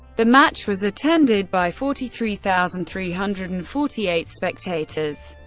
the match was attended by forty three thousand three hundred and forty eight spectators.